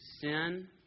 sin